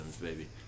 baby